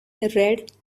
red